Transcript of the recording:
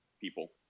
people